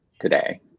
today